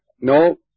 No